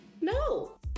no